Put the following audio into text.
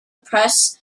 press